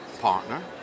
partner